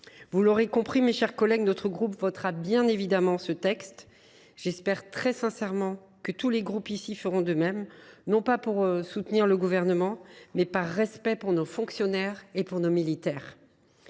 Vous l’aurez compris, mes chers collègues, notre groupe votera bien évidemment ce texte. J’espère très sincèrement que tous les groupes, ici, feront de même, non pas par soutien au Gouvernement, mais par respect pour nos fonctionnaires et nos militaires.